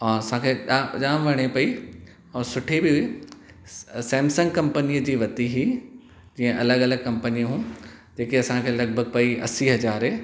ऐं असां खे जाम वणे पई ऐं सुठी बि हुई सैमसंग कम्पनीअ जी वरती हुई जीअं अलॻि अलॻि कम्पनियूं जेके असां खे लॻुभॻु पई असी हज़ारे